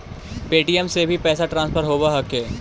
Paytm से भी पैसा ट्रांसफर होवहकै?